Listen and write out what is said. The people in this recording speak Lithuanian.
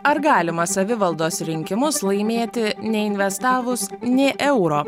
ar galima savivaldos rinkimus laimėti neinvestavus nė euro